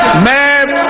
mad